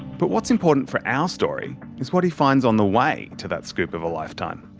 but what's important for our story is what he finds on the way to that scoop of a lifetime.